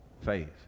faith